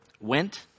went